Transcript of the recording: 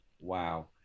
Wow